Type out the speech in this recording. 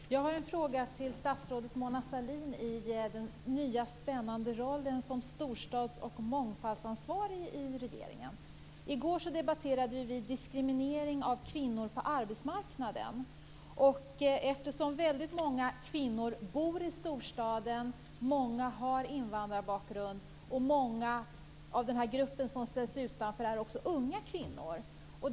Fru talman! Jag har en fråga till statsrådet Mona Sahlin i hennes nya spännande roll som storstads och mångfaldsansvarig i regeringen. I går debatterade vi ju frågan om diskriminering av kvinnor på arbetsmarknaden. Många kvinnor bor i storstaden och många har invandrarbakgrund. Många i den grupp som ställs utanför är också unga kvinnor.